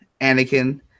Anakin